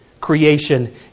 creation